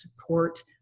support